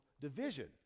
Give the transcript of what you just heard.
division